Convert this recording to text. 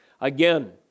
Again